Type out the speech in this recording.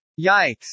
Yikes